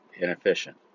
inefficient